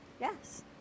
Yes